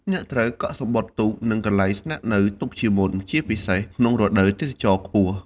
អ្នកត្រូវកក់សំបុត្រទូក និងកន្លែងស្នាក់នៅទុកជាមុន ជាពិសេសក្នុងរដូវទេសចរណ៍ខ្ពស់។